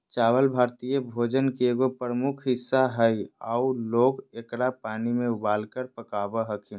चावल भारतीय भोजन के एगो प्रमुख हिस्सा हइ आऊ लोग एकरा पानी में उबालकर पकाबो हखिन